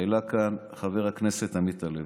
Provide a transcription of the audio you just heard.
שהעלה כאן חבר הכנסת עמית הלוי.